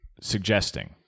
suggesting